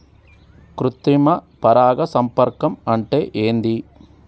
కృత్రిమ పరాగ సంపర్కం అంటే ఏంది?